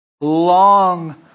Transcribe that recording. Long